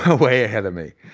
way ahead of me.